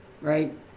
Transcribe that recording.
right